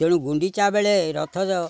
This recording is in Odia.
ତେଣୁ ଗୁଣ୍ଡିଚା ବେଳେ ରଥ